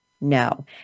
no